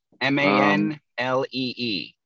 M-A-N-L-E-E